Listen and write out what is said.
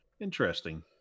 Interesting